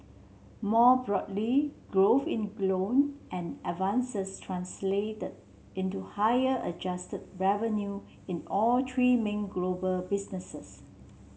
more broadly growth in loan and advances translated into higher adjusted revenue in all three main global businesses